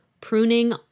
Pruning